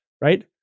right